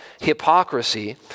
hypocrisy